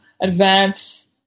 advance